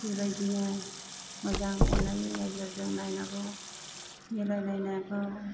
बेबायदिनो मोजां अन्नायनि नोजोरजों नायनांगौ मिलायलायनांगौ